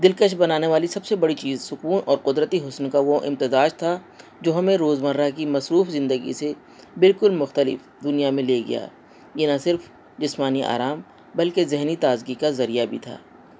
دلکش بنانے والی سب سے بڑی چیز سکون اور قدرتی حسن کا وہ امتزاج تھا جو ہمیں روز مرہ کی مصروف زندگی سے بالکل مختلف دنیا میں لے گیا یہ نہ صرف جسمانی آرام بلکہ ذہنی تازگی کا ذریعہ بھی تھا